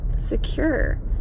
secure